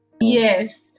Yes